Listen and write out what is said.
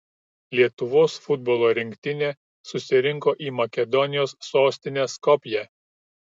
lietuvos futbolo rinktinė susirinko į makedonijos sostinę skopję